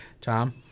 Tom